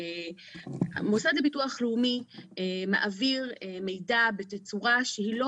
המוסד לביטוח לאומי מעביר מידע בתצורה שהיא לא